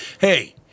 hey